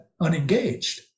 unengaged